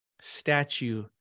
statue